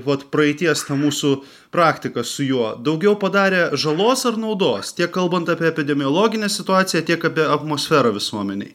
vat praeities mūsų praktiką su juo daugiau padarė žalos ar naudos tiek kalbant apie epidemiologinę situaciją tiek apie atmosferą visuomenėj